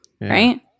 right